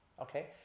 Okay